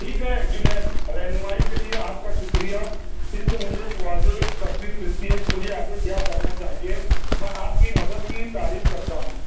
ٹھیک ہے جنید رہنمائی کے لیے آپ کا شکریہ اس سے مجھے ایک واضح تصویر ملتی ہے کہ مجھے آگے کیا کرنا چاہیے میں آپ کی مدد کی تعریف کرتا ہوں